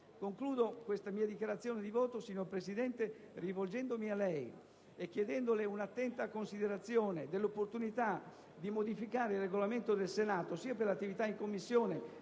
Concludo la mia dichiarazione di voto, signor Presidente, rivolgendomi a lei e chiedendole un'attenta considerazione dell'opportunità di modificare il Regolamento del Senato, sia per le attività in Commissione